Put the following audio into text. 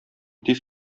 тиз